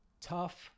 tough